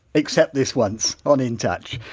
except this once on in touch.